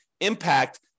impact